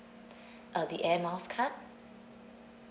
uh the air miles card